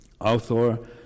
author